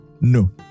No